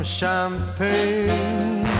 champagne